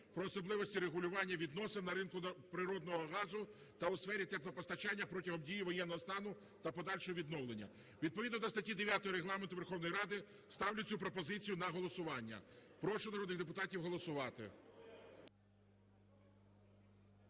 про особливості регулювання відносин на ринку природного газу та у сфері теплопостачання протягом дії воєнного стану та подальшого відновлення. Відповідно до статті 9 Регламенту Верховної Ради ставлю цю пропозицію на голосування. Прошу народних депутатів голосувати.